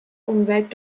umwelt